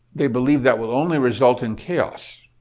they believe that will only result in chaos.